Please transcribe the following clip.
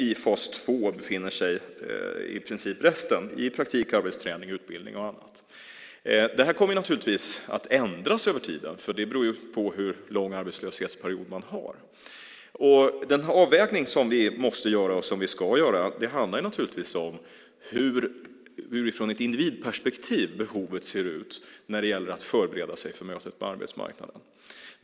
I fas två befinner sig i princip resten, i praktik, arbetsträning, utbildning och annat. Det här kommer naturligtvis att ändras över tiden. Det beror ju på hur lång arbetslöshetsperiod som man har. Den avvägning som vi måste göra och som vi ska göra handlar naturligtvis om hur, utifrån ett individperspektiv, behovet ser ut när det gäller att förbereda sig för mötet med arbetsmarknaden.